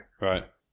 Right